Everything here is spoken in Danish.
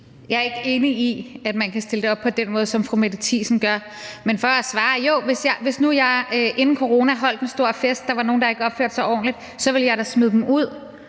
Jeg er ikke enig i, at man kan stille det op på den måde, som fru Mette Thiesen gør. Men for at svare: Jo, hvis jeg inden corona holdt en stor fest og der var nogen, der ikke opførte sig ordentligt, så ville jeg da smide dem ud.